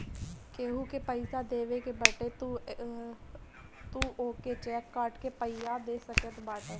केहू के पईसा देवे के बाटे तअ तू ओके चेक काट के पइया दे सकत बाटअ